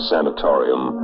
Sanatorium